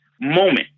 moment